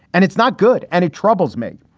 and it's not good. and it troubles me.